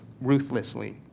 ruthlessly